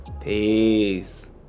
peace